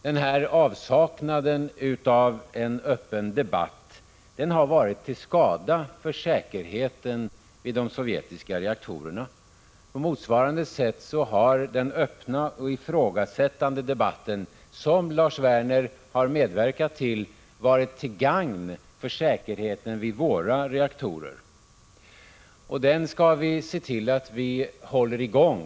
Denna avsaknad av en öppen debatt har varit till skada för säkerheten vid de sovjetiska reaktorerna. På motsvarande sätt har den öppna och den ifrågasättande debatten, som Lars Werner har medverkat till, varit till gagn för säkerheten vid våra reaktorer. Den debatten skall vi se till att vi håller i gång.